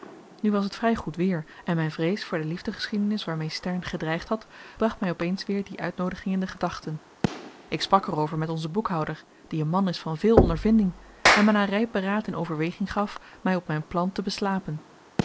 nu was t vry goed weer en myn vrees voor de liefdegeschiedenis waarmee stern gedreigd had bracht my op eens weer die uitnoodiging in de gedachten ik sprak er over met onzen boekhouder die een man is van veel ondervinding en me na ryp beraad in overweging gaf my op myn plan te beslapen